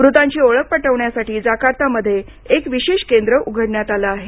मृतांची ओळख पटवण्यासाठी जाकार्तामध्ये एक विशेष केंद्र उघडण्यात आलं आहे